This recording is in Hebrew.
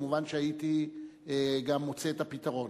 כמובן הייתי גם מוצא את הפתרון.